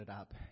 up